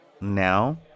now